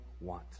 want